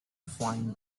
find